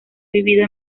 vivido